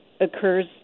occurs